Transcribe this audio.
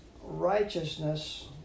righteousness